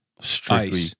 Strictly